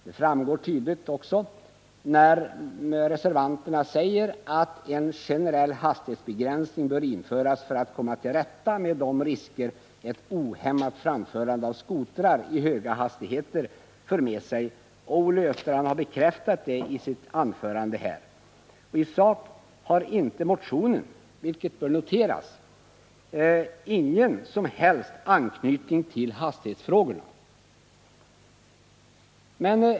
Det framgår också tydligt när reservanterna säger att en generell hastighetsbegränsning bör införas för att komma till rätta med de risker ett ohämmat framförande av skotrar i höga hastigheter för med sig. Olle Östrand har bekräftat detta i sitt anförande här. I sak har inte motionen, vilket bör noteras, någon som helst anknytning till hastighetsfrågorna.